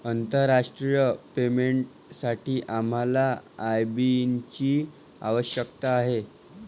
आंतरराष्ट्रीय पेमेंटसाठी आम्हाला आय.बी.एन ची आवश्यकता आहे